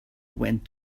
went